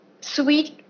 sweet